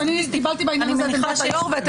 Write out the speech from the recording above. אני קיבלתי בעניין הזה את עמדת